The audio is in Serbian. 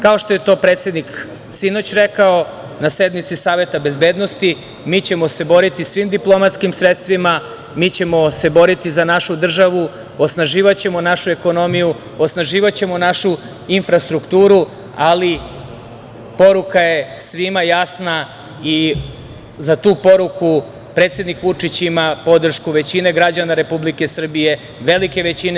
Kao što je to predsednik sinoć rekao na sednici Saveta bezbednosti mi ćemo se boriti svim diplomatskim sredstvima, mi ćemo se boriti za našu državu, osnaživaćemo našu ekonomiju, osnaživaćemo infrastrukturu, ali i poruka je svima jasna i za tu poruku predsednik Vučić ima podršku većine građana Republike Srbije, velike većine.